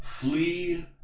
Flee